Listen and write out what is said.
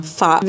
fa